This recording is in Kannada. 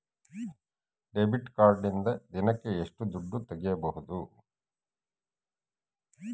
ಡೆಬಿಟ್ ಕಾರ್ಡಿನಿಂದ ದಿನಕ್ಕ ಎಷ್ಟು ದುಡ್ಡು ತಗಿಬಹುದು?